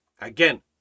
Again